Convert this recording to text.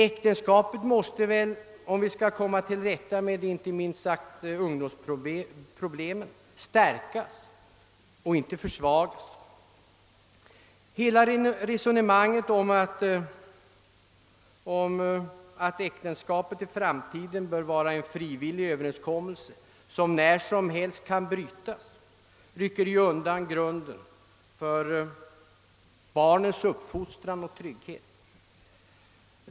Äktenskapet måste, om vi skall lyckas komma till rätta med inte minst ungdomsproblemen, stärkas i stället för försvagas. Hela resonemanget om att äktenskapet i framtiden bör vara en frivillig överenskommelse, som när som helst kan brytas, rycker undan grunden för barnens uppfostran och trygghet.